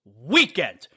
weekend